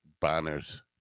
banners